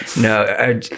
No